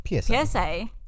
PSA